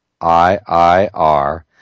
iir